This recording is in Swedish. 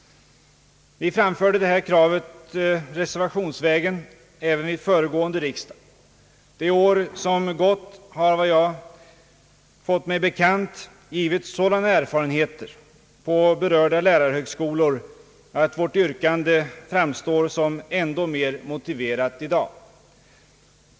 Vi framförde det här kravet reservationsvägen även vid föregående riksdag. Det år som gått har, enligt vad jag fått mig bekant, givit sådana erfarenheter på berörda lärarhögskolor att vårt yrkande framstår som ändå mer motiverat i dag.